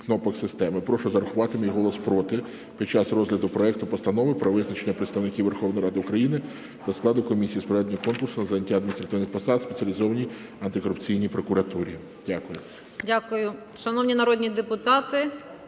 "Прошу не враховувати мій голос "за" під час розгляду проекту Постанови про визначення представників Верховної Ради до складу комісії з проведення конкурсу на зайняття адміністративних посад у Спеціалізованій антикорупційній прокуратурі у